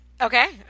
Okay